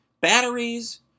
batteries